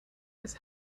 his